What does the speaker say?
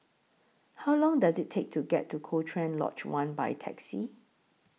How Long Does IT Take to get to Cochrane Lodge one By Taxi